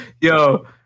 Yo